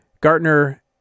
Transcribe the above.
Gartner